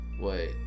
Wait